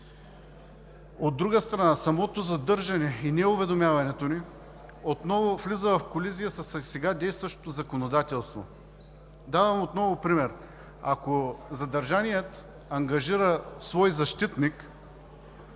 От друга страна, самото задържане и неуведомяване отново влиза в колизия със сега действащото законодателство. Давам отново пример. Ако задържаният ангажира своя защитник,